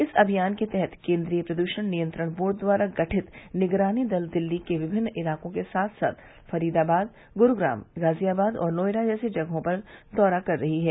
इस अभियान के तहत केंद्रीय प्रद्यण नियंत्रण बोर्ड द्वारा गठित निगरानी दल दिल्ली के विभिन्न इलाकों के साथ साथ फरीदाबाद गुरूग्राम गाजियाबाद और नोएडा जैसी जगहों का दौरा कर रही है